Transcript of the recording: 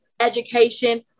education